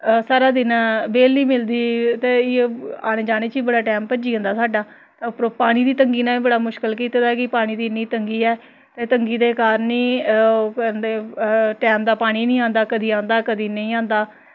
सारा दिन बेह्ल निं मिलदी ते आने जाने च ई बड़ा टैम भ'ज्जी जंदा साढ़ा उप्परा पानी दी तंगी ने बी बड़ा मुश्कल कीता दा कि पानी दी इ'न्नी तंगी ऐ ते तंगी दे कारण ई टैम दा पानी निं आंदा कदें आंदा कदें नेईं आंदा